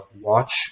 watch